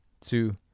two